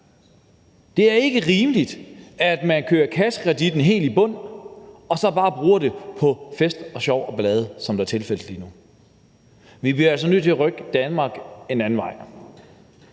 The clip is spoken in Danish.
Det er ikke rimeligt, at man kører kassekreditten helt i bund og så bare bruger det på fest og sjov og ballade, som det er tilfældet lige nu, og vi bliver altså nødt til at rykke Danmark en anden vej.